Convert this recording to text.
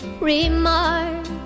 remark